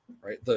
right